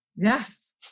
Yes